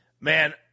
Man